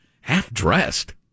Half-dressed